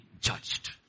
judged